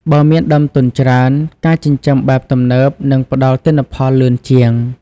បើមានដើមទុនច្រើន ការចិញ្ចឹមបែបទំនើបនឹងផ្ដល់ទិន្នផលលឿនជាង។